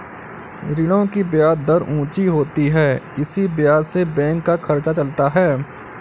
ऋणों की ब्याज दर ऊंची होती है इसी ब्याज से बैंक का खर्चा चलता है